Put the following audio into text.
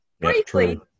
briefly